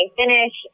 finish